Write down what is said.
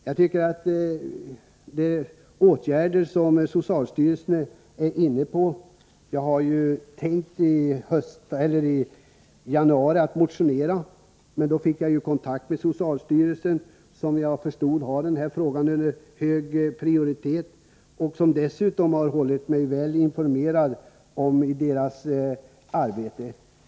Jag tycker att de åtgärder socialstyrelsen är inne på är bra. Jag hade tänkt motionera i frågan i januari men fick då kontakt med socialstyrelsen, som har gett denna fråga hög prioritet och som dessutom har hållit mig väl informerad om sitt arbete.